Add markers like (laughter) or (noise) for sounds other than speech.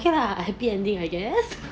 okay lah happy ending I guess (laughs)